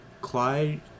Clyde